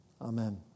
Amen